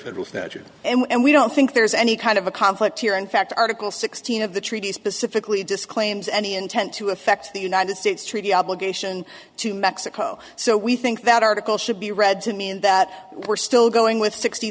federal statute and we don't think there's any kind of a conflict here in fact article sixteen of the treaty specifically disclaims any intent to affect the united states treaty obligation to mexico so we think that article should be read to mean that we're still going with sixty